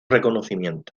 reconocimiento